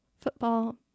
football